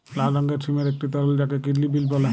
লাল রঙের সিমের একটি ধরল যাকে কিডলি বিল বল্যে